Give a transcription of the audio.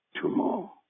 Tomorrow